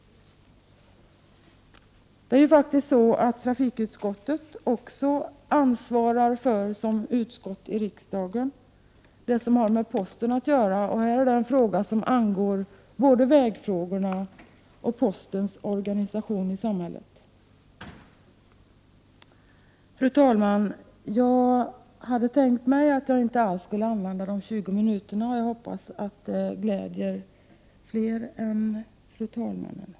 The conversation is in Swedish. Trafikutskottet ansvarar i riksdagen bl.a. för frågor som har att göra med posten, och denna angelägenhet berör både vägfrågorna och postens organisation i samhället. Fru talman! Jag har inte tänkt använda hela min taletid om 20 minuter, vilket jag hoppas glädjer fler än fru talmannen.